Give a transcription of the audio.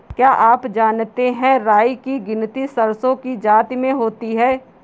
क्या आप जानते है राई की गिनती सरसों की जाति में होती है?